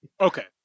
Okay